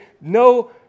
No